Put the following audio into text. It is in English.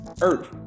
earth